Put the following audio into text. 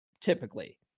Typically